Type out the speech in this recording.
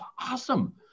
awesome